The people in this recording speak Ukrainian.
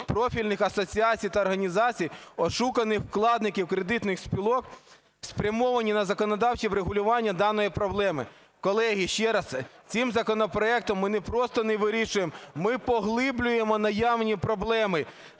профільних асоціацій та організацій ошуканих вкладників кредитних спілок, спрямовані на законодавче врегулювання даної проблеми". Колеги, ще раз, цим законопроектом ми не просто не вирішуємо - ми поглиблюємо наявні проблеми.